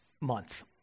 month